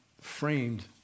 framed